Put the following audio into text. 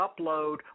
upload